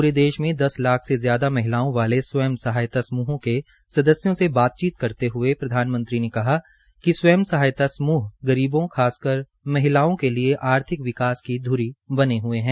पूरे देश में दस लाख से ज्यादा महिलाओं वाले स्वयं सहायता समूहों के सदस्यों से बातचीत करते हुए प्रधानमंत्री ने कहा कि स्वयं सहायता समूह गरीबों खासकर महिलाओं के लिए आर्थिक विकास की ध्री बने हुए है